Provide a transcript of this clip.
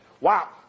Wow